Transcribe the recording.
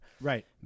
Right